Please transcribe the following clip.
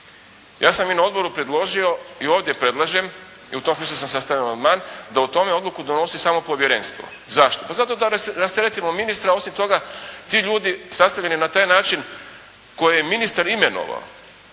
Ja sam i na odboru predložio i ovdje predlažem i u tom smislu sam sastavio amandman, da o tome odluku donosi samo povjerenstvo. Zašto? Pa zato da rasteretimo ministra. Osim toga, ti ljudi sastavljeni na taj način koje je ministar imenovao,